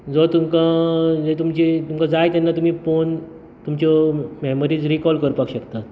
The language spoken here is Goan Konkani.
जो तुमकां आ जे तुमचें तुमकां जाय तेन्ना तुमी पोवन तुमच्यो मेमरीज रिकॉल करपाक शकतात